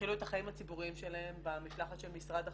התחילו את החיים הציבוריים שלהם במשלחת של משרד החוץ.